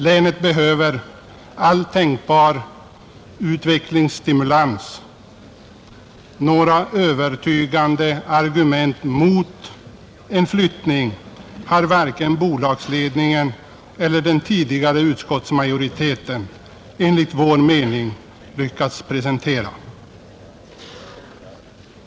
Länet behöver all tänkbar utvecklingsstimulans. Några övertygande argument mot en flyttning har varken bolagsledningen eller den tidigare utskottsmajoriteten enligt vår mening lyckats presentera.